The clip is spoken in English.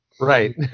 Right